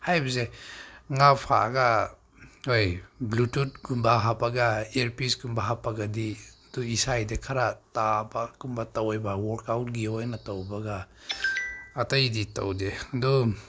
ꯍꯥꯏꯕꯁꯦ ꯉꯥ ꯐꯥꯔꯒ ꯍꯣꯏ ꯕ꯭ꯂꯨꯇꯨꯗ ꯀꯨꯝꯕ ꯍꯥꯞꯄꯒ ꯏꯌꯥꯔꯄꯤꯁ ꯀꯨꯝꯕ ꯍꯥꯞꯄꯒꯗꯤ ꯑꯗꯨ ꯏꯁꯩꯗꯤ ꯈꯔ ꯇꯥꯕ ꯀꯨꯝꯕ ꯇꯧꯋꯦꯕ ꯋꯥꯛꯑꯥꯎꯠꯀꯤ ꯑꯣꯏꯅ ꯇꯧꯕꯒ ꯑꯇꯩꯗꯤ ꯇꯧꯗꯦ ꯑꯗꯨ